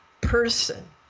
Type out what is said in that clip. person